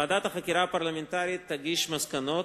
ועדת החקירה הפרלמנטרית תגיש מסקנות,